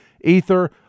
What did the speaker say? Ether